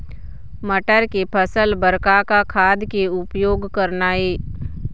मटर के फसल बर का का खाद के उपयोग करना ये?